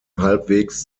halbwegs